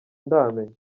ndamenya